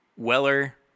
Weller